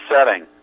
setting